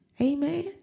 Amen